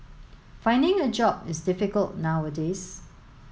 finding a job is difficult nowadays